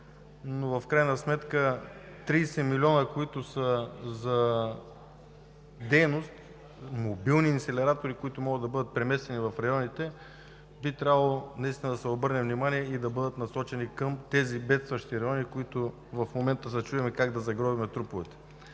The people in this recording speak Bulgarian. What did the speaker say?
Но в крайна сметка 30 милиона са за дейност. Мобилни инсинератори могат да бъдат преместени в районите и би трябвало да се обърне внимание и да бъдат насочени към тези бедстващи райони, в които в момента се чудим как да загробим труповете.